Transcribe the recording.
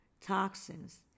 toxins